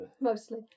Mostly